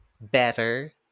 Better